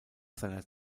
seiner